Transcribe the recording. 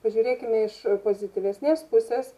pažiūrėkime iš pozityvesnės pusės